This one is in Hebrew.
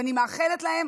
ואני מאחלת להם